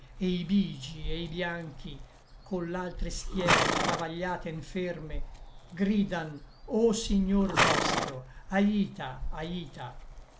e i bigi e i bianchi coll'altre schiere travagliate e nferme gridan o signor nostro aita aita